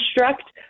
construct